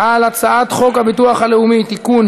על הצעת חוק הביטוח הלאומי (תיקון,